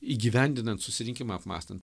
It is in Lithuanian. įgyvendinant susirinkimą apmąstan